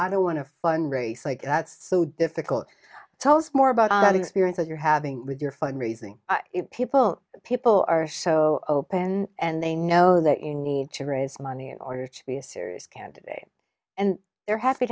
don't want to fun race like that's so difficult tell us more about an experience that you're having with your fund raising it people people are so open and they know that you need to raise money in order to be a serious candidate and they're happy